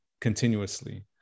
continuously